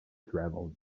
travel